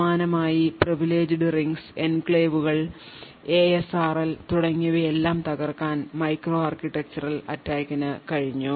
സമാനമായി previleged rings എൻക്ലേവുകൾ ASLR തുടങ്ങിയവയെല്ലാം തകർക്കാൻ മൈക്രോ ആർക്കിടെക്ചറൽ attacks നു കഴിഞ്ഞു